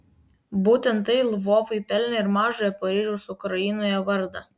būtent tai lvovui pelnė ir mažojo paryžiaus ukrainoje vardą